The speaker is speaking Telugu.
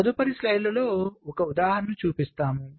మనము తదుపరి స్లయిడ్లో ఒక ఉదాహరణను చూపిస్తాము